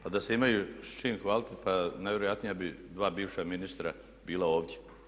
Pa da se imaju s čim hvaliti najvjerojatnije bi dva bivša ministra bila ovdje.